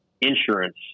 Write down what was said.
insurance